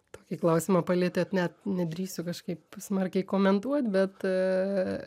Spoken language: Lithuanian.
tokį klausimą palietėt net nedrįsiu kažkaip smarkiai komentuot bet